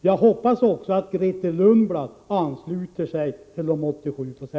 Jag hoppas att också Grethe Lundblad ansluter sig till dessa 87 Ze!